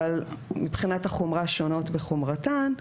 אבל מבחינת החומרה שונות בחומרתן.